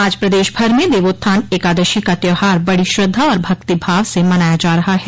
आज प्रदेश भर में देवोत्थान एकादशी का त्योहार बड़ी श्रद्धा और भक्ति भाव से मनाया जा रहा है